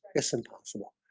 it's impossible